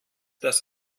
das